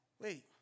wait